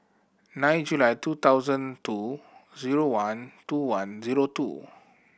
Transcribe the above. nine July two thousand two zero one two one zero two